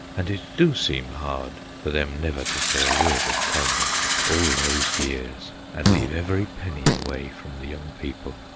and it do seem hard for them never to say a word of kindness all those years and leave every penny away from the young people.